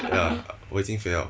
ya 我已经肥 liao